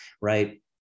right